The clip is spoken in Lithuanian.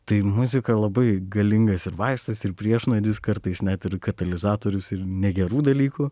tai muzika labai galingas ir vaistas ir priešnuodis kartais net ir katalizatorius ir negerų dalykų